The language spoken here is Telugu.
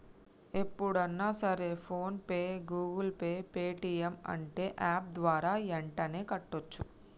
ఎప్పుడన్నా సరే PhonePe Google Pay Paytm అంటే యాప్ ద్వారా యెంటనే కట్టోచ్చు